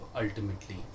ultimately